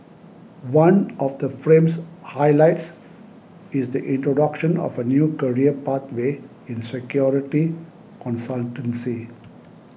one of the frames highlights is the introduction of a new career pathway in security consultancy